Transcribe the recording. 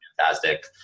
fantastic